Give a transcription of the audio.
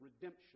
redemption